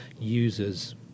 users